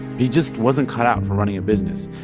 he just wasn't cut out for running a business,